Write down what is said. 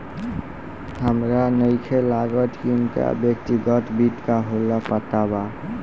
हामरा नइखे लागत की उनका व्यक्तिगत वित्त का होला पता बा